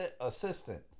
assistant